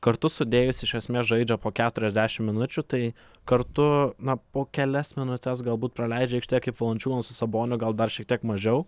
kartu sudėjus iš esmės žaidžia po keturiasdešim minučių tai kartu na po kelias minutes galbūt praleidžia aikštėje kaip valančiūnas su saboniu gal dar šiek tiek mažiau